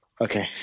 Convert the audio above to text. Okay